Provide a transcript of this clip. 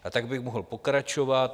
A tak bych mohl pokračovat.